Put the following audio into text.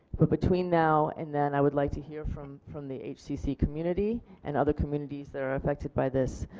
but between now and then i would like to hear from from the hcc community and other communities that are affected by this.